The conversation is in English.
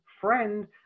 friend